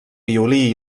violí